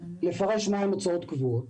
לפרש מה הן הוצאות קבועות